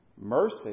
Mercy